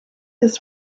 his